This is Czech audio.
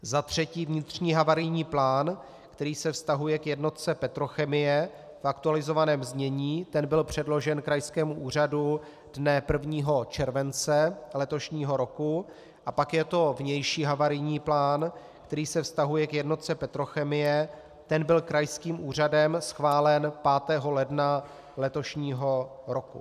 Za třetí vnitřní havarijní plán, který se vztahuje k jednotce Petrochemie v aktualizovaném znění, ten byl předložen krajskému úřadu dne 1. července letošního roku, a pak je to vnější havarijní plán, který se vztahuje k jednotce Petrochemie, ten byl krajským úřadem schválen 5. ledna letošního roku.